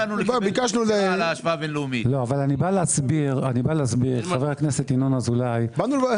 באנו לדבר על משהו מסוים.